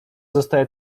zostaje